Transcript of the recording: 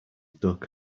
duck